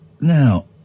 Now